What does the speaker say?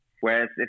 Whereas